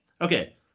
Okay